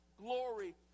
glory